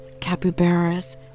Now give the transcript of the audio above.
capybaras